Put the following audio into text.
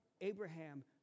Abraham